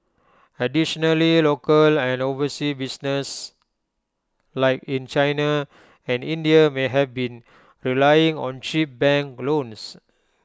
additionally local and overseas businesses like in China and India may have been relying on cheap bank loans